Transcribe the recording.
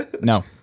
No